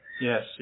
Yes